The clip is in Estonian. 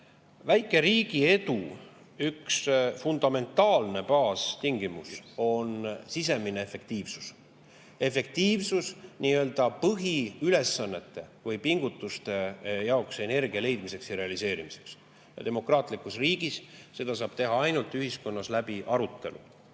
väikeriigi edu fundamentaalne, baastingimus on sisemine efektiivsus – efektiivsus nii-öelda põhiülesannete või pingutuste [tegemiseks], energia leidmiseks ja realiseerimiseks. Demokraatlikus riigis seda saab teha ainult ühiskonnas toimuvate arutelude